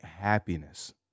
happiness